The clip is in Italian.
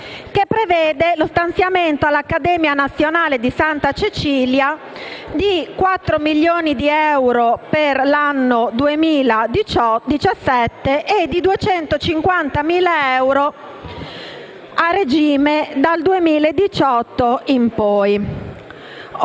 che prevede lo stanziamento per l'Accademia nazionale di Santa Cecilia di 4 milioni di euro per l'anno 2017 e di 250.000 euro, a regime, dal 2018 in poi.